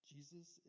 Jesus